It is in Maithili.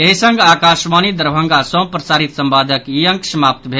एहि संग आकाशवाणी दरभंगा सँ प्रसारित संवादक ई अंक समाप्त भेल